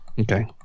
Okay